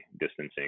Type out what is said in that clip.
distancing